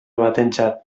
batentzat